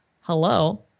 hello